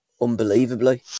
unbelievably